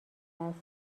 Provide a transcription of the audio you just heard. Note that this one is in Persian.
است